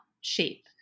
shape